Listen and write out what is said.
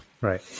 Right